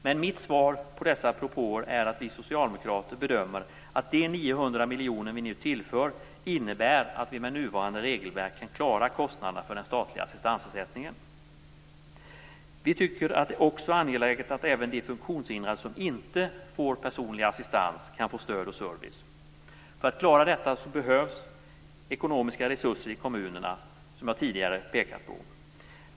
Men mitt svar på dessa propåer är att vi socialdemokrater bedömer att de 900 miljoner vi nu tillför innebär att vi med nuvarande regelverk kan klara kostnaderna för den statliga assistansersättningen. Vi tycker att det också är angeläget att även de funktionshindrade som inte får personlig assistans kan få stöd och service. För att klara detta behövs ekonomiska resurser i kommunerna, som jag tidigare har pekat på.